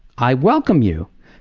i welcome you,